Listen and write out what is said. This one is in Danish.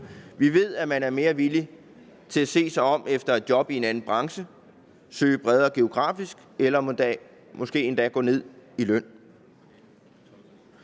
vi ved, at man er mere villig til at se sig om efter et job i en anden branche, søge geografisk bredere eller måske endda gå ned i løn.